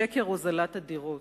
שקר הוזלת הדירות.